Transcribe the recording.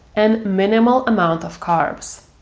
an minimal amount of carbs.